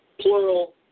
plural